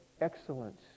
excellence